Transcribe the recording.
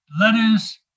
letters